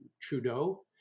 Trudeau